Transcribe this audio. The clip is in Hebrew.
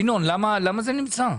ינון, למה זה נמצא?